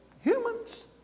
humans